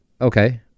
Okay